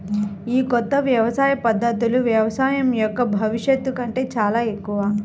ఈ కొత్త వ్యవసాయ పద్ధతులు వ్యవసాయం యొక్క భవిష్యత్తు కంటే చాలా ఎక్కువ